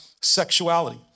sexuality